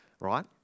right